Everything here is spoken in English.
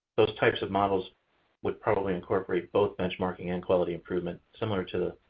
those types of models would probably incorporate both benchmarking and quality improvement, similar to